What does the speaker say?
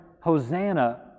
Hosanna